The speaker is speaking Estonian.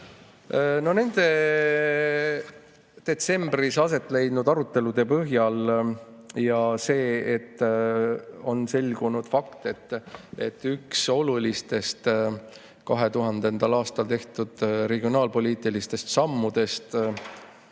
Nende detsembris aset leidnud arutelude põhjal ja kuna on selgunud fakt, et üks olulistest 2000. aastal tehtud regionaalpoliitilistest sammudest